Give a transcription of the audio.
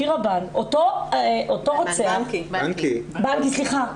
שירה בנקי ז"ל,